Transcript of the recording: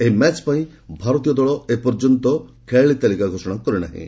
ଏହି ମ୍ୟାଚ୍ ପାଇଁ ଭାରତୀୟ ଦଳ ଏପର୍ଯ୍ୟନ୍ତ ଖେଳାଳି ତାଲିକା ଘୋଷଣା କରି ନାହିଁ